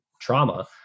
trauma